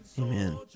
Amen